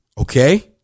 Okay